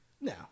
now